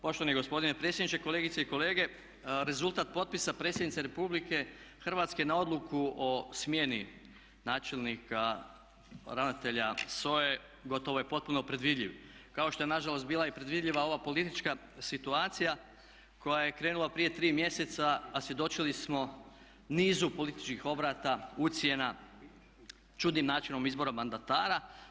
Poštovani gospodine predsjedniče, kolegice i kolege rezultat potpisa predsjednice Republike Hrvatske na odluku o smjeni načelnika, ravnatelj SOA-e gotovo je potpuno predvidljiv, kao što je nažalost bila i predvidljiva ova politička situacija koja je krenula prije 3 mjeseca a svjedočili smo nizu političkih obrata, ucjena, čudnim načinom izbora mandatara.